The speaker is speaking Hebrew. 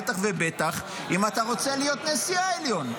בטח ובטח אם אתה רוצה להיות נשיא העליון.